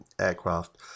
aircraft